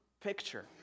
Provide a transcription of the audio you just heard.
picture